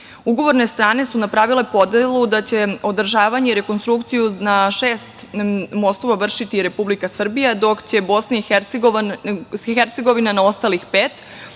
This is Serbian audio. država. Ugovorne strane su napravile podelu da će održavanje i rekonstrukciju na šest mostova vršiti Republika Srbija, dok će BiH na ostalih pet,